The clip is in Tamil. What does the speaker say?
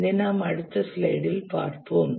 இதை நாம் அடுத்த ஸ்லைடில் பார்ப்போம்